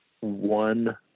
one